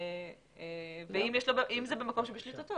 אם זה במקום שבשליטתו,